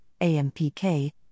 AMPK